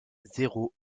zéro